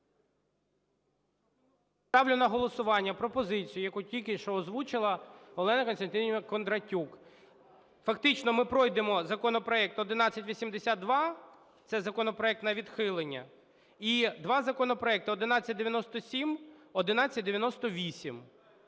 Ставлю на голосування, яку тільки що озвучила Олена Костянтинівна Кондратюк. Фактично ми пройдемо законопроект 1182, це законопроект на відхилення. І два законопроекти 1197, 1198,